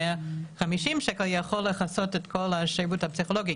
150 שקל יכול לכסות את כל השירות הפסיכולוגי.